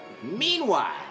Meanwhile